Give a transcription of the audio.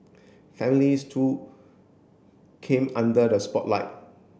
families too came under the spotlight